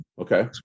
Okay